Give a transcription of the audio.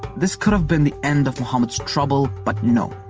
this could've been the end of muhammad's trouble but no!